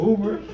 Uber